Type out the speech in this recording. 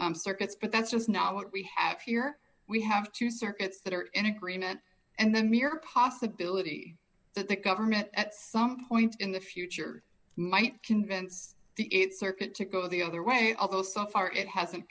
different circuits but that's just not what we have here we have two circuits that are in agreement and then mere possibility that the government at some point in the future might convince the circuit to go the other way although so far it hasn't